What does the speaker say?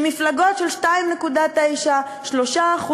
עם מפלגות של 2.9%, 3%,